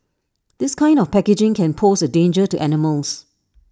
this kind of packaging can pose A danger to animals